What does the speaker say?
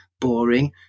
boring